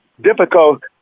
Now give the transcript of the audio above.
difficult